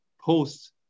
post